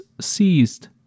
seized